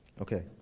Okay